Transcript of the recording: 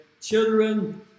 children